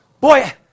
Boy